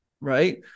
Right